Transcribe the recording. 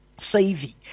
saving